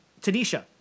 Tanisha